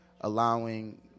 allowing